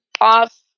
Off